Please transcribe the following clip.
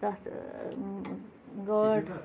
تَتھ گاڈ